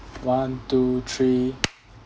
one two three